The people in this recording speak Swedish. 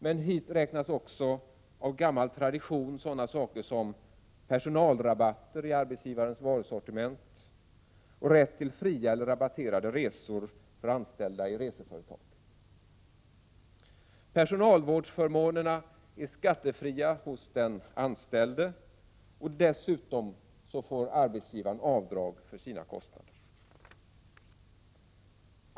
Men hit räknas också av gammal tradition sådana saker som personalrabatter i arbetsgivarens varusortiment och rätt till fria eller rabatterade resor för anställda i reseföretag. Personalvårdsförmånerna är skattefria för den anställde, och dessutom får arbetsgivaren göra avdrag för sina kostnader.